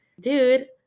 dude